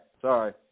Sorry